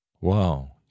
Wow